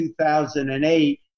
2008